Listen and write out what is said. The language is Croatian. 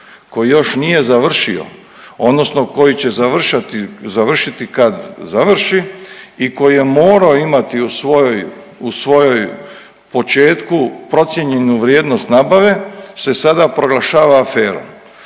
koji još nije završio odnosno koji će završiti kada završi i koji je morao imati u svojem početku procijenjenu vrijednost nabave se sada proglašava aferom.